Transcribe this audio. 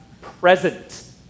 present